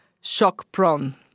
shock-prone